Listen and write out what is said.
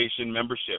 membership